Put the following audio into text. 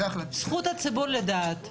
זכות הציבור לדעת.